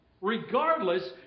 Regardless